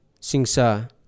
singsa